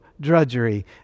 drudgery